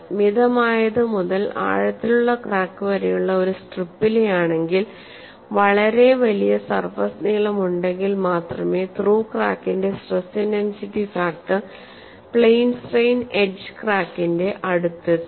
മിതമായത് മുതൽ ആഴത്തിലുള്ള ക്രാക്ക് വരെയുള്ള ഒരു സ്ട്രിപ്പിലെയാണെങ്കിൽ വളരെ വലിയ സർഫസ് നീളം ഉണ്ടെങ്കിൽ മാത്രമേ ത്രൂ ക്രാക്കിന്റെ stress intensity factor plane strain edge ക്രാക്കിന്റെ അടുത്തെത്തൂ